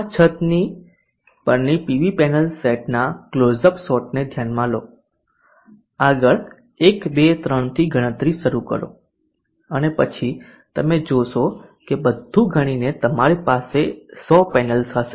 આ છત પરની પીવી પેનલ્સ સેટના ક્લોઝ અપ શોટ ને ધ્યાનમાં લો આગળ 1 2 3 થી ગણતરી શરૂ કરો અને પછી તમે જોશો કે બધું ગણીને તમારી પાસે 100 પેનલ્સ હશે